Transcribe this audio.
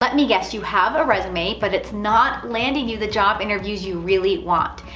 let me guess, you have a resume, but it's not landing you the job interviews you really want.